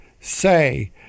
say